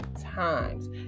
times